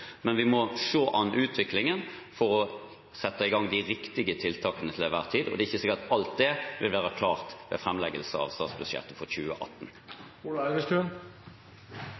Men vi må se an utviklingen for å sette i gang de riktige tiltakene til enhver tid, og det er ikke sikkert at alt det vil være klart ved framleggelse av statsbudsjettet for